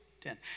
Ten